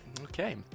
Okay